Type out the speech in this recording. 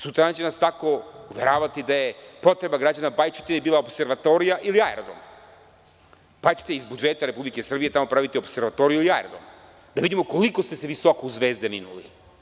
Sutradan će nas tako uveravati da je potreba građana Bajčetine bila opservatorijum ili aerodrom, pa ćete iz budžeta RS tamo praviti opservatorijum ili aerodrom, da vidimo koliko ste se visoko u zvezde vinuli.